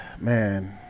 Man